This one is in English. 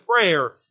prayer